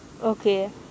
okay